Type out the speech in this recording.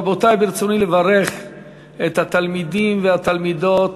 רבותי, ברצוני לברך את התלמידים והתלמידות